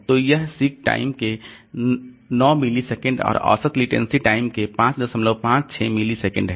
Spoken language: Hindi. तो यह सीक टाइम के 9 मिलीसेकंड और औसत लेटेंसी टाइम के 556 मिलीसेकंड है